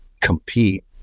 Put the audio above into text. compete